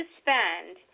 spend